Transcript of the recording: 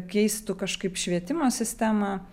keistų kažkaip švietimo sistemą